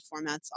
formats